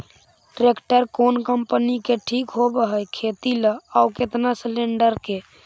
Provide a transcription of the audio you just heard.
Tractor कोन company के ठीक होब है खेती ल औ केतना सलेणडर के?